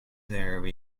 there